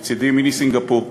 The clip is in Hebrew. מצדי, מיני-סינגפור.